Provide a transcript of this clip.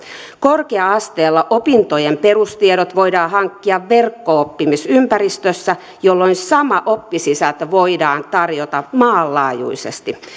korkea asteella opintojen perustiedot voidaan hankkia verkko oppimisympäristössä jolloin sama oppisisältö voidaan tarjota maanlaajuisesti